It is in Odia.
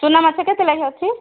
ଚୁନାମାଛ କେତେ ଲେଖାଁ ଅଛି